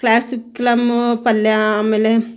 ಕ್ಲಾಸ್ಸಿಕ್ಲಮ್ಮ್ ಪಲ್ಯ ಆಮೇಲೆ